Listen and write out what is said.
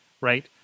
Right